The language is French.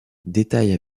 détaille